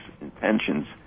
intentions